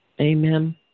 Amen